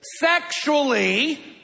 Sexually